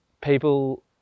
people